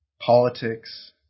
Politics